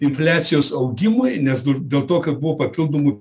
infliacijos augimui nes dar dėl to kad buvo papildomų